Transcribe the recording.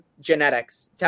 genetics